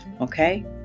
okay